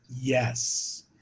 Yes